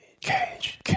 Cage